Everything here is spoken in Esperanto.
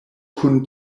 kun